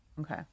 Okay